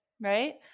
right